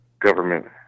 government